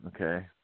okay